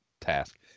task